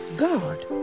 God